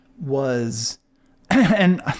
was—and